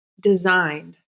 designed